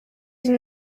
den